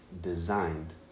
designed